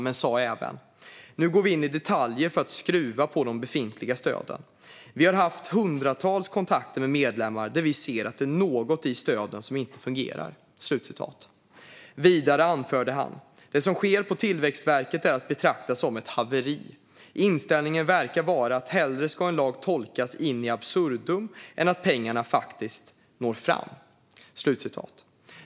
Han sa: "Nu går vi in i detaljer för att skruva på de befintliga stöden. Vi har haft hundratals kontakter med medlemmar där vi ser att det är något i stöden som inte fungerar." Han anförde vidare: "Det som sker på Tillväxtverket är att betrakta som ett haveri. Inställningen verkar vara att hellre ska en lag tolkas in absurdum än att pengarna faktiskt når fram." Fru talman!